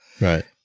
Right